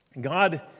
God